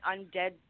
undead